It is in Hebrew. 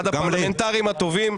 אחד הפרלמנטרים הטובים.